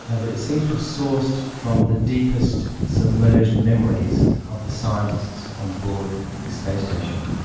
ah that it seems to have sourced from the deepest submerged memories of the scientists on board the space station.